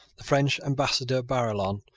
the french ambassador barillon,